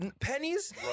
pennies